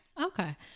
Okay